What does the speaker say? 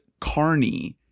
Carney